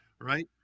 right